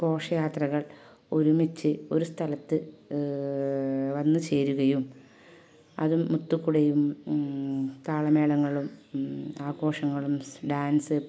ഘോഷയാത്രകൾ ഒരുമിച്ച് ഒരു സ്ഥലത്ത് വന്നു ചേരുകയും അതും മുത്തുക്കുടയും താളമേളങ്ങളും ആഘോഷങ്ങളും ഡാൻസ്